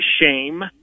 shame